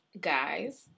guys